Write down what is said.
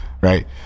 right